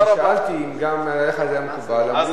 אני שאלתי אם גם עליך זה היה מקובל, ואמרו לי שכן.